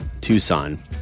Tucson